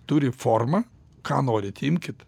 turi formą ką norit imkit